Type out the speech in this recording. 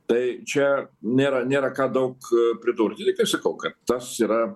tai čia nėra nėra ką daug pridurt ir kaip sakau kad tas yra